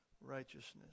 righteousness